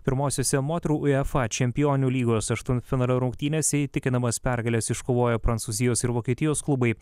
pirmosiose moterų uefa čempionių lygos aštuntfinalio rungtynėse įtikinamas pergales iškovojo prancūzijos ir vokietijos klubai